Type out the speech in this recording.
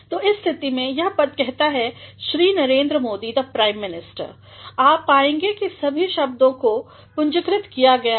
तो इस स्थिति में यह पद कहता है Shri Narendra Modi the Prime Minister आप पाएंगे कि सभी शब्दों को पूंजीकृत किया गया है